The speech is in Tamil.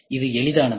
இது எளிதானது